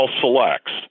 selects